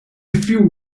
few